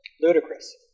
Ludicrous